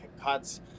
cuts